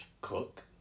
cook